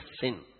sin